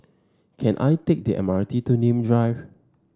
can I take the M R T to Nim Drive